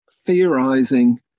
theorizing